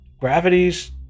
gravity's